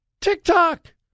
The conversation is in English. TikTok